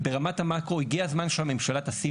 אבל ברמת המקרו הגיע הזמן שהממשלה תשים